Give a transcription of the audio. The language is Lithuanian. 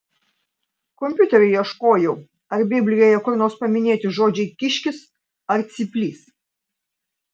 kompiuteriu ieškojau ar biblijoje kur nors paminėti žodžiai kiškis ar cyplys